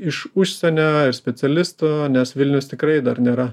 iš užsienio specialistų nes vilnius tikrai dar nėra